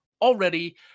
already